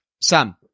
Sam